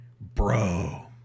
Bro